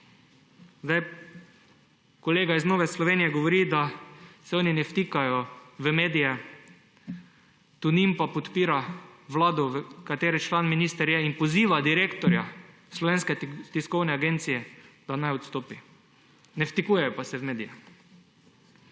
Kolega iz Nove Slovenije govori, da se oni ne vtikajo v medije, minister Tonin pa podpira vlado, katere član je, in poziva direktorja Slovenske tiskovne agencije, naj odstopi. Ne vtikajo pa se v medije.